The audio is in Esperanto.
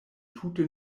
tute